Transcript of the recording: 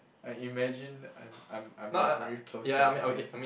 I imagine I'm I'm I'm your very close friend yes